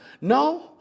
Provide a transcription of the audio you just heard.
No